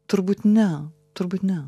turbūt ne turbūt ne